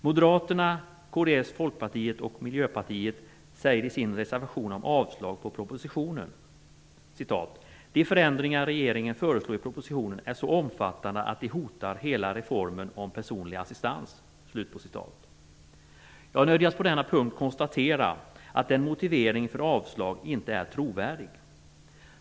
Moderaterna, kds, Folkpartiet och Miljöpartiet säger i sin reservation om avslag på propositionen: "De förändringar som regeringen föreslår i propositionen är så omfattande att de hotar hela reformen om personlig assistans." Jag nödgas på denna punkt konstatera att den motiveringen för avslag inte är trovärdig.